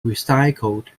recycled